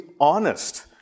honest